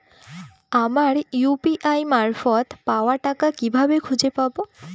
আমার ইউ.পি.আই মারফত পাওয়া টাকা কিভাবে খুঁজে পাব?